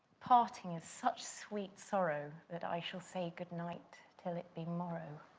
parting is such sweet sorrow, that i shall say good night till it be morrow.